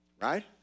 Right